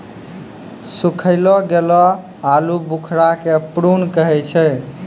सुखैलो गेलो आलूबुखारा के प्रून कहै छै